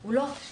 הוא לא עכשיו,